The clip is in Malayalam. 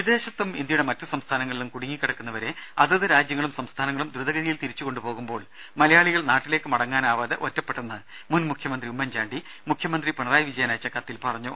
രുക വിദേശത്തും ഇന്ത്യയുടെ മറ്റു സംസ്ഥാനങ്ങളിലും കുടുങ്ങിക്കിടക്കുന്നവരെ അതതു രാജ്യങ്ങളും സംസ്ഥാനങ്ങളും ദ്രുതഗതിയിൽ തിരിച്ചുകൊണ്ടുപോകുമ്പോൾ മലയാളികൾ നാട്ടിലേക്കു മടങ്ങാനാവാതെ ഒറ്റപ്പെട്ടെന്ന് മുൻമുഖ്യമന്ത്രി ഉമ്മൻ ചാണ്ടി മുഖ്യമന്ത്രിക്ക് അയച്ച കത്തിൽ പറഞ്ഞു